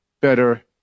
better